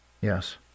Yes